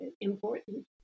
important